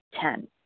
Ten